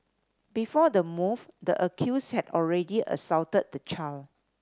before the move the accused had already assaulted the child